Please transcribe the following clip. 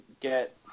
get